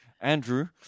Andrew